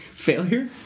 failure